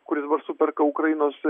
kuris dabar superka ukrainos